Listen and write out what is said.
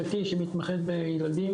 הם יודעים מי נכנס להם לבניין.